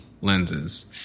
lenses